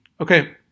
Okay